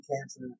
cancer